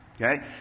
okay